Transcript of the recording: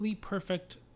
perfect